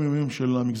היום.